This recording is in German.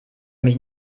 mich